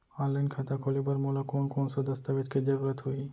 Online खाता खोले बर मोला कोन कोन स दस्तावेज के जरूरत होही?